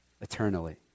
eternally